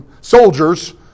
soldiers